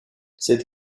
cette